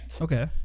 Okay